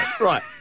right